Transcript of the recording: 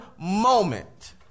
moment